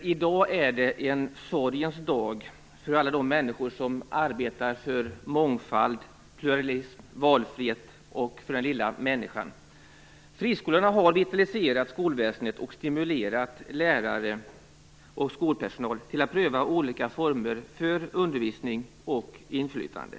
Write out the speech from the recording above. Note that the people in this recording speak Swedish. I dag är det en sorgens dag för alla de människor som arbetar för mångfald, pluralism, valfrihet och för den lilla människan. Friskolorna har vitaliserat skolväsendet och stimulerat lärare och skolpersonal till att pröva olika former för undervisning och inflytande.